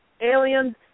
aliens